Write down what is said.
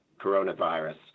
coronavirus